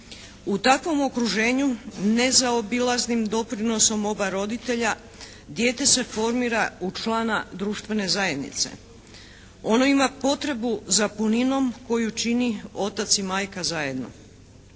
U takvom okruženju nezaobilaznim doprinosom oba roditelja dijete se formira u člana društvene zajednice. Ono ima potrebu za puninom koju čini otac i majka zajedno.